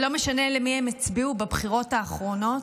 לא משנה למי הם הצביעו בבחירות האחרונות.